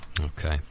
Okay